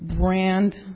brand